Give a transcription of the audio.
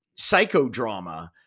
psychodrama